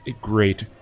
great –